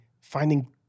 finding